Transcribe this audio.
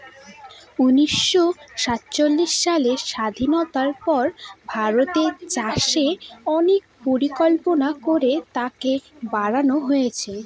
উনিশশো সাতচল্লিশ সালের স্বাধীনতার পর ভারতের চাষে অনেক পরিকল্পনা করে তাকে বাড়নো হয়েছে